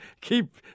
Keep